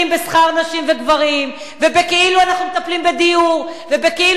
בשכר נשים וגברים ובכאילו אנחנו מטפלים בדיור ובכאילו